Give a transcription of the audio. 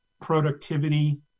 productivity